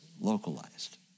localized